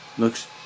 Looks